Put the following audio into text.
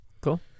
Cool